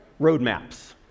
roadmaps